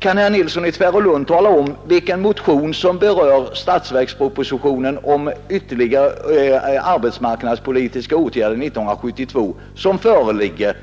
Kan herr Nilsson i Tvärålund tala om vilka motioner rörande statsverkspropositionens förslag om ytterligare arbetsmarknadspolitiska åtgärder 1972 som föreligger?